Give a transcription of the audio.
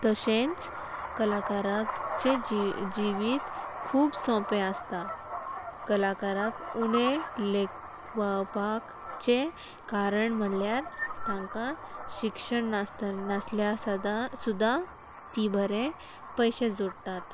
तशेंच कलाकारांचे जी जिवीत खूब सोंपें आसता कलाकाराक उणें लेखपाचें कारण म्हणल्यार तांकां शिक्षण नासतना नासल्या सदां सुद्दां ती बरें पयशे जोडटात